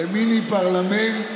למיני-פרלמנט,